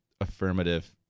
affirmative